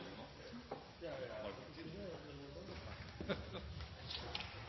hørselskontakt er jo tilsvarende – og